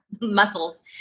muscles